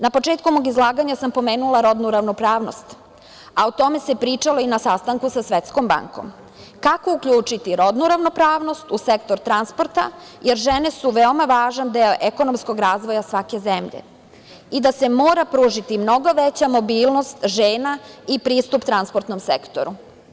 Na početku mog izlaganja sam pomenula rodnu ravnopravnost a o tome se pričalo i na sastanku sa Svetskom bankom, kako uključiti rodnu ravnopravnost u sektor transporta jer žene su veoma važan deo ekonomskog razvoja svake zemlje i da se mora pružiti mnogo veća mobilnost žena i pristup transportnom sektoru.